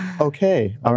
Okay